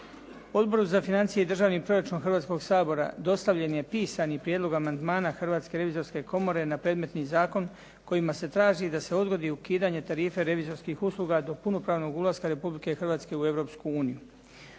Odboru za financije i državni proračun Hrvatskoga sabora dostavljen je pisani prijedlog amandmana Hrvatske revizorske komore na predmetni zakon kojima se traži da se odgodi ukidanje tarife revizorskih usluga do punopravnog ulaska Republike Hrvatske u